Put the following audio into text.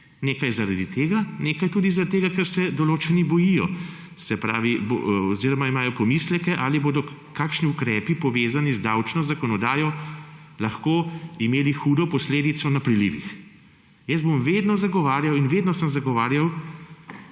zaradi tega, nekaj pa tudi zaradi tega, ker se določeni bojijo oziroma imajo pomisleke, ali bodo kakšni ukrepi, povezani z davčno zakonodajo, lahko imeli hudo posledico na prilivih. Jaz bom vedno zagovarjal in vedno sem zagovarjal,